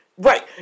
Right